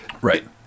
right